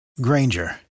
Granger